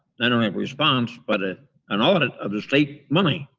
not only a response, but ah an audit of the state money.